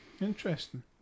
Interesting